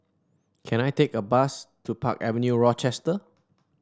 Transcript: can I take a bus to Park Avenue Rochester